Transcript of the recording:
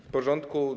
W porządku.